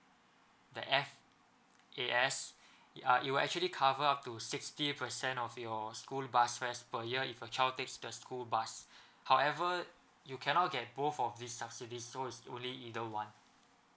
the F_A_S uh it will actually cover up to sixty percent of your school bus fares per year if your child takes the school bus however you cannot get both of these subsidies so is only either one